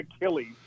Achilles